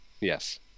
Yes